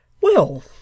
Well